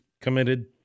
committed